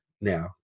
now